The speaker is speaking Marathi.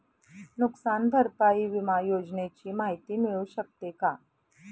नुकसान भरपाई विमा योजनेची माहिती मिळू शकते का?